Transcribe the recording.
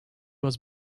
was